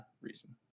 Reason